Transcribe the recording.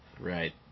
right